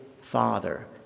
father